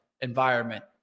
environment